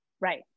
Right